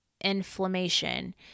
inflammation